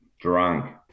drunk